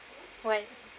what